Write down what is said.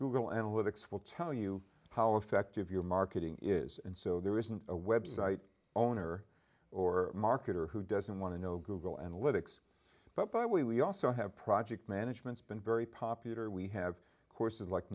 google analytics will tell you how effective your marketing is and so there isn't a website owner or marketer who doesn't want to know google analytics but by the way we also have project managements been very popular we have courses like